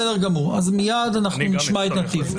מיד נשמע את נתיב.